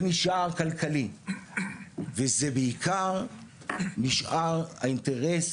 זה נשאר כלכלי, וזה בעיקר נשאר האינטרס